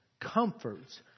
comforts